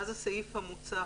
ואז במקום סעיף קטן (4)